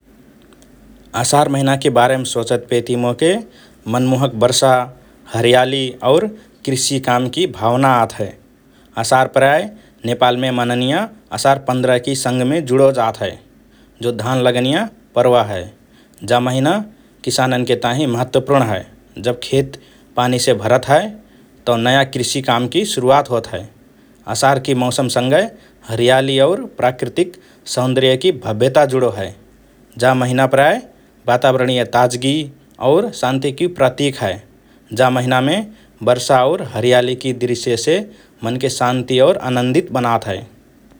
असार महिनाकि बारेम सोचतपेति मोके मनमोहक वर्षा, हरियाली और कृषि कामकि भावना आत हए । असार प्रायः नेपालमे मननिया असार पन्ध्र कि सँगमे जुडो जात हए, जो धान लगनिया पर्व हए । जा महिना किसानन्के ताहिँ महत्वपूर्ण हए, जब खेत पानीसे भरत हए तओ नया कृषि कामकि शुरुवात होत हए । असारकि मौसमसँगए हरियाली और प्राकृतिक सौंदर्यकि भव्यता जुडो हए । जा महिना प्रायः वातावरणीय ताजगी और शान्तिकि प्रतिक हए । जा महिनामे वर्षा और हरियालीकि दृश्यसे मनके शान्ति और आनन्दित बनात हए ।